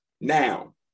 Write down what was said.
Now